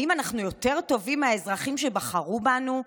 האם אנחנו יותר טובים מהאזרחים שבחרו בנו?